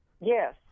yes